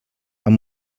amb